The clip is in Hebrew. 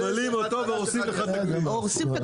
ממלאים אותו והורסים לך את הכביש.